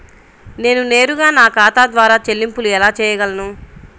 నేను నేరుగా నా ఖాతా ద్వారా చెల్లింపులు ఎలా చేయగలను?